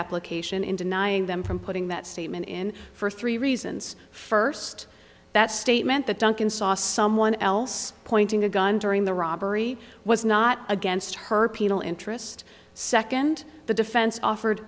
application in denying them from putting that statement in for three reasons first that statement that duncan saw someone else pointing a gun during the robbery was not against her penal interest second the defense offered